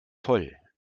voll